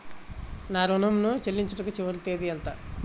నా ఋణం ను చెల్లించుటకు చివరి తేదీ ఎంత?